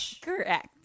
Correct